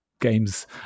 games